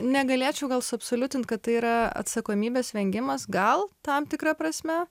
negalėčiau gal suabsoliutinti kad tai yra atsakomybės vengimas gal tam tikra prasme